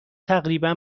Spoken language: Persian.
تقریبا